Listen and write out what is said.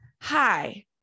Hi